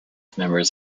members